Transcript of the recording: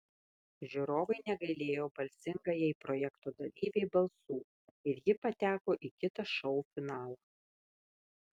žiūrovai negailėjo balsingajai projekto dalyvei balsų ir ji pateko į kitą šou finalą